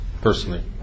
personally